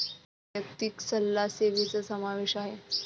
वैयक्तिक सल्ला सेवेचा समावेश आहे